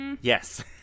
Yes